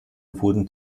wurden